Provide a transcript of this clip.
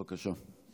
בבקשה.